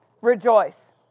Rejoice